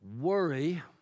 Worry